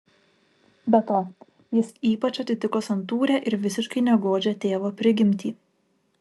be to jis ypač atitiko santūrią ir visiškai negodžią tėvo prigimtį